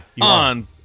On